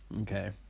Okay